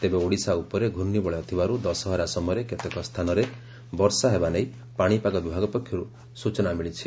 ତେବେ ଓଡ଼ିଶା ଉପରେ ଘ୍ରର୍ଷିବଳୟ ଥିବାରୁ ଦଶହରା ସମୟରେ କେତେକ ସ୍ଚାନରେ ବର୍ଷା ହେବା ନେଇ ପାଶିପାଗ ବିଭାଗ ପକ୍ଷରୁ ସୂଚନା ମିଳିଛି